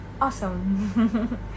awesome